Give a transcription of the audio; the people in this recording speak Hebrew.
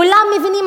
כולם מבינים,